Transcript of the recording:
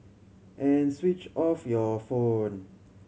and switch off your phone